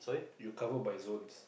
you cover by it's own